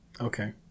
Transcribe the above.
Okay